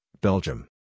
Belgium